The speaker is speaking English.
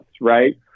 Right